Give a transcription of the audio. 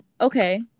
okay